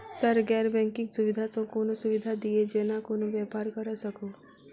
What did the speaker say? Sir गैर banking सुविधा सँ कोनों सुविधा दिए जेना कोनो व्यापार करऽ सकु?